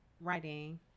writing